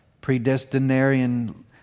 predestinarian